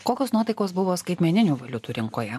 kokios nuotaikos buvo skaitmeninių valiutų rinkoje